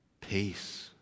peace